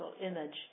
image